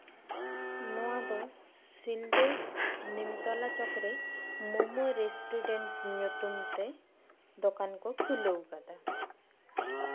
ᱱᱚᱣᱟ ᱫᱚ ᱥᱤᱞᱫᱟᱹ ᱱᱤᱢᱛᱚᱞᱟ ᱪᱚᱠ ᱨᱮ ᱢᱳᱢᱳ ᱨᱮᱥᱴᱩᱨᱮᱱᱴ ᱧᱩᱛᱩᱢ ᱛᱮ ᱫᱚᱠᱟᱱ ᱠᱚ ᱠᱷᱩᱞᱟᱹᱣ ᱟᱠᱟᱫᱟ